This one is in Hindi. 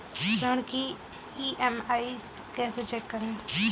ऋण की ई.एम.आई कैसे चेक करें?